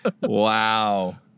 Wow